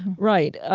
right. ah